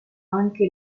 anche